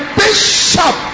bishop